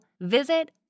visit